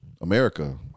America